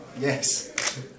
Yes